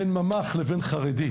בין ממ"ח לבין חרדי,